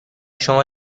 شما